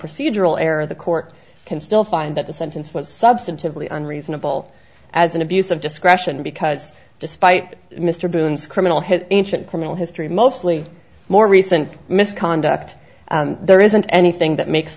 procedural error the court can still find that the sentence was substantively unreasonable as an abuse of discretion because despite mr boone criminal his ancient criminal history mostly more recent misconduct there isn't anything that makes